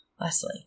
Leslie